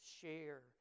share